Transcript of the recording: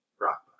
Rock